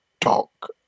talk